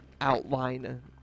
outline